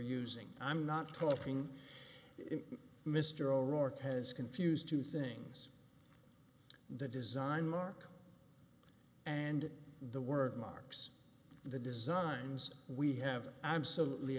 using i'm not talking mr o'rourke has confused two things the design mark and the work marks the designs we have absolutely